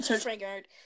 triggered